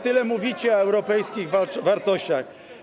Tyle mówicie o europejskich wartościach.